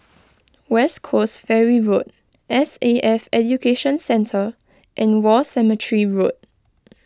West Coast Ferry Road S A F Education Centre and War Cemetery Road